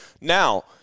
Now